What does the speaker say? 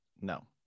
No